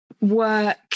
work